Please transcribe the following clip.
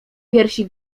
piersi